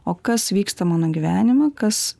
o kas vyksta mano gyvenime kas